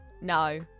No